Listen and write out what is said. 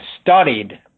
studied